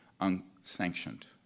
unsanctioned